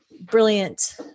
brilliant